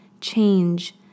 change